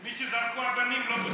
מי שזרקו אבנים לא בודדים.